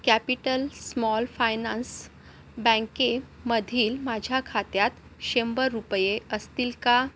capital small finance बँकेमधील माझ्या खात्यात शंभर रुपये असतील का